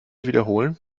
wiederholen